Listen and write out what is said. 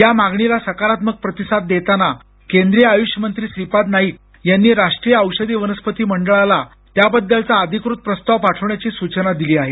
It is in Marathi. या मागणीला सकारात्मक प्रतिसाद देताना केंद्रीय आयुष मंत्री श्रीपाद नाईक यांनी राष्ट्रीय औषधी वनस्पती मंडळाला त्याबद्दलचा अधिकृत प्रस्ताव पाठवण्याची सूचना दिली आहे